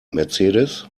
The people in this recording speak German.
mercedes